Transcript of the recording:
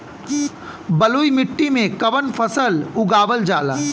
बलुई मिट्टी में कवन फसल उगावल जाला?